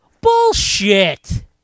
Bullshit